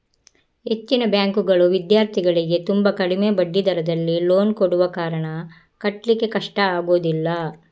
ಹೆಚ್ಚಿನ ಬ್ಯಾಂಕುಗಳು ವಿದ್ಯಾರ್ಥಿಗಳಿಗೆ ತುಂಬಾ ಕಡಿಮೆ ಬಡ್ಡಿ ದರದಲ್ಲಿ ಲೋನ್ ಕೊಡುವ ಕಾರಣ ಕಟ್ಲಿಕ್ಕೆ ಕಷ್ಟ ಆಗುದಿಲ್ಲ